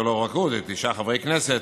זה לא רק הוא, זה תשעה חברי כנסת.